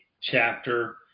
chapter